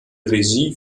regie